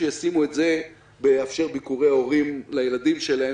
שישימו את זה בשביל לאפשר ביקורי הורים את הילדים שלהם,